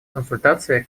консультации